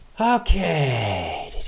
Okay